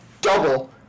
double